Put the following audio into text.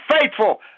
faithful